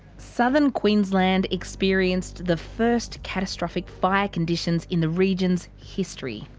southern queensland experienced the first catastrophic fire conditions in the region's history.